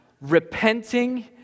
repenting